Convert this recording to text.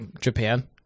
Japan